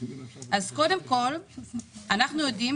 אנחנו יודעים